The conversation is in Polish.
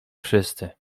wszyscy